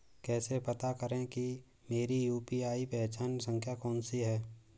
कैसे पता करें कि मेरी यू.पी.आई पहचान संख्या कौनसी है?